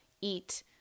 eat